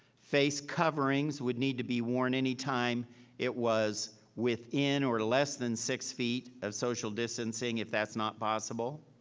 face coverings would need to be worn any time it was within or less than six feet of social distancing if that's not possible,